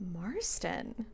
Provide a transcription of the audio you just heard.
Marston